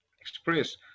express